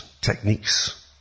techniques